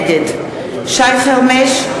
נגד שי חרמש,